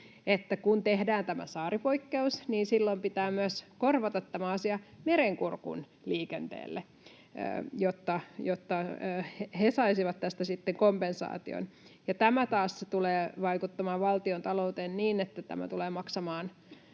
kun tehdään tämä saaripoikkeus, niin silloin pitää korvata tämä asia myös Merenkurkun liikenteelle, jotta he saisivat tästä sitten kompensaation. Ja tämä taas tulee vaikuttamaan valtiontalouteen niin, että tämä tulee maksamaan